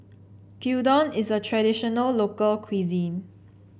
Gyudon is a traditional local cuisine